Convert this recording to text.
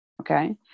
okay